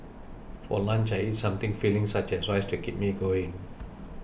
for lunch I eat something filling such as rice to keep me going